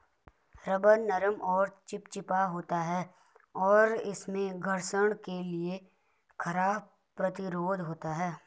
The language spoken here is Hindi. रबर नरम और चिपचिपा होता है, और इसमें घर्षण के लिए खराब प्रतिरोध होता है